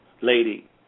lady